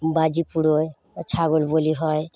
বাজি পোড়ায় ছাগল বলি হয়